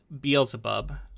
Beelzebub